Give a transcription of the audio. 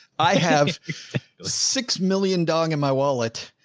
i have six million dong in my wallet.